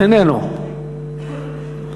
אינו נוכח,